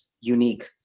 unique